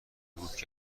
بود